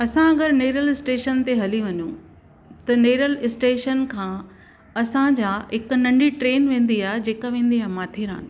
असां अगरि नेरल स्टेशन ते हली वञू त नेरल स्टेशन खां असांजा हिकु नंढी ट्रेन वेंदी आहे जेका वेंदी आहे माथेरान